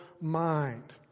mind